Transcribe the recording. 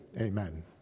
Amen